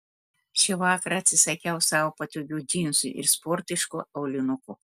šįvakar atsisakiau savo patogių džinsų ir sportiškų aulinukų